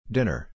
Dinner